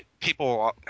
people